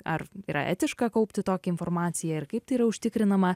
ar yra etiška kaupti tokią informaciją ir kaip tai yra užtikrinama